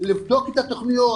לבדוק את התוכניות,